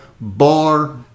bar